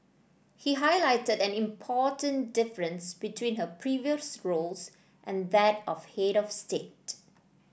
he highlighted an important difference between her previous roles and that of head of state